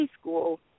school